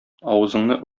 авызыңны